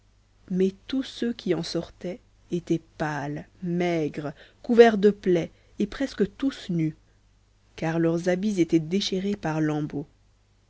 mais tous ceux qui en sortaient étaient pâles maigres couverts de plaies et presque tous nus car leurs habits étaient déchirés par